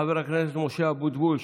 חבר הכנסת משה אבוטבול,